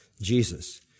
Jesus